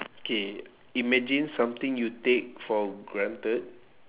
K imagine something you take for granted